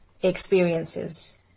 experiences